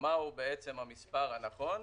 ומהו בעצם המספר הנכון,